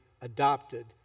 adopted